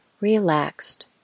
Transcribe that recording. relaxed